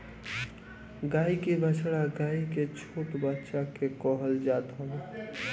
गाई के बछड़ा गाई के छोट बच्चा के कहल जात हवे